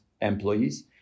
employees